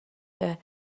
بگه